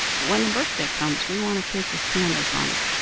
but when the birthday comes we want a cake with candles on it.